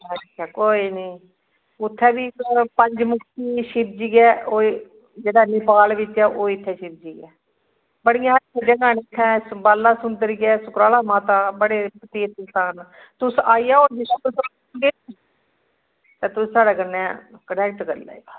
हां कोई नि उत्थै बी पंज मुखी शिवजियेै जेह्ड़ा भोपाल बिच्च ऐ ओ्ह इत्थै शिवजी ऐ बड़ियां जगह न इत्थै बाला सुंदरी ऐ सुकराला माता बड़े तीरथ स्थान न तुस आई जाओ ते तुस साढ़े कन्नै कनेक्ट करी लैयो